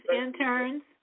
interns